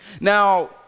Now